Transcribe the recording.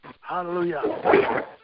Hallelujah